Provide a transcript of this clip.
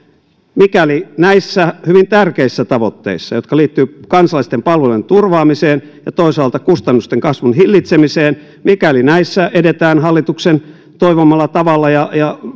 mikäli näissä hyvin tärkeissä tavoitteissa jotka liittyvät kansalaisten palvelujen turvaamiseen ja toisaalta kustannusten kasvun hillitsemiseen edetään hallituksen toivomalla tavalla ja ja